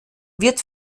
wird